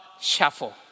shuffle